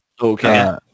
Okay